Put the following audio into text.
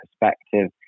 perspective